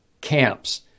camps